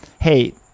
hey